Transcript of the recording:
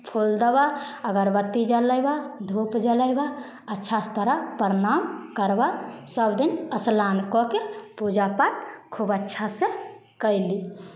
फूल देबह अगरबत्ती जरयबह धूप जरयबह अच्छासँ तोरा प्रणाम करबह सभदिन स्नान कऽ के पूजा पाठ खूब अच्छासँ कयली